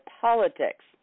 politics